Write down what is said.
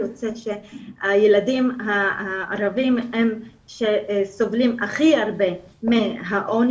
יוצא שהילדים הערבים הם שסובלים הכי הרבה מהעוני